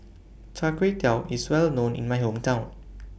Char Kway Teow IS Well known in My Hometown